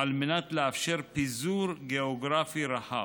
על מנת לאפשר פיזור גיאוגרפי רחב.